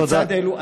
תודה.